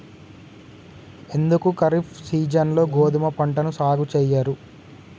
ఎందుకు ఖరీఫ్ సీజన్లో గోధుమ పంటను సాగు చెయ్యరు?